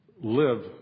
live